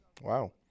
Wow